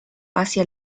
hacia